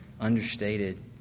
understated